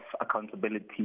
accountability